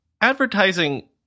advertising